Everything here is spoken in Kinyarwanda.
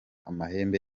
amahembe